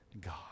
God